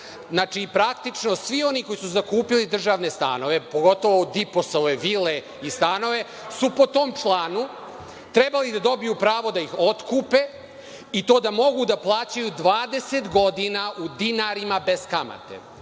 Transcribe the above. Znači, praktično svi oni koji su zakupili državne stanove, pogotovo Diposove vile i stanove, su po tom članu trebali da dobiju pravo da ih otkupe, i to da mogu da plaćaju 20 godina u dinarima, bez kamate.